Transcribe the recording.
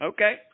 Okay